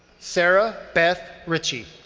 sarah beth richie.